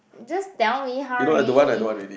just tell me hurry